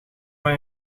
van